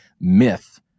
myth